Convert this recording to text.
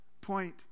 point